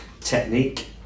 technique